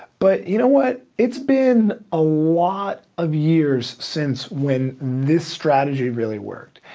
but you know what, it's been a lot of years since when this strategy really worked.